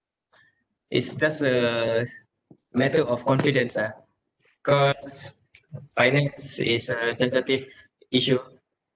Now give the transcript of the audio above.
it's just a s~ matter of confidence ah cause finance is a sensitive issue